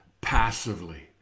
passively